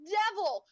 devil